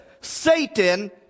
Satan